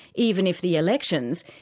even if the elections,